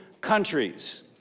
countries